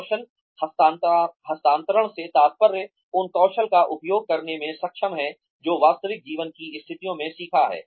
कौशल हस्तांतरण से तात्पर्य उन कौशल का उपयोग करने में सक्षम है जो वास्तविक जीवन की स्थितियों में सीखा है